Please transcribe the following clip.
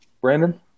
Brandon